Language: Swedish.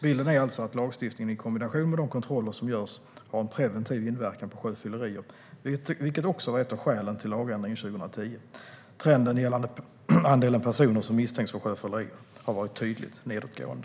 Bilden är alltså att lagstiftningen i kombination med de kontroller som görs har en preventiv inverkan på sjöfyllerier, vilket också var ett av skälen till lagändringen 2010. Trenden gällande andelen personer som misstänks för sjöfylleri har varit tydligt nedåtgående.